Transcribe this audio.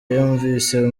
yumvise